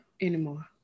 Anymore